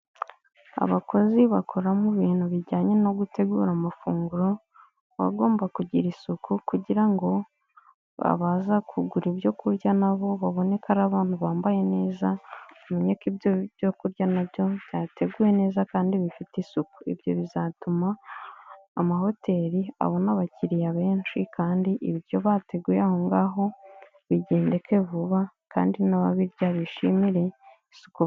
Abakozi bakora mu bintu bijyanye no gutegura amafunguro, baba bagomba kugira isuku, kugira ngo abaza kugura ibyo kurya nabo babone ko ari abantu bambaye neza, bamenye ko ibyo byo kurya nabyo byateguwe neza kandi bifite isuku. Ibyo bizatuma amahoteli abona abakiliya benshi, kandi ibyo bateguye aho ngaho bigendeke vuba, kandi n'ababirya bishimire isuku.